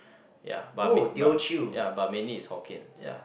ya but mai~ but ya mainly is Hokkien ya